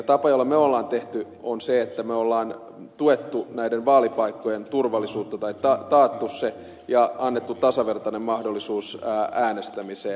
tapa jolla me olemme toimineet on se että me olemme taanneet näiden vaalipaikkojen turvallisuutta ja antaneet tasavertaisen mahdollisuuden äänestämiseen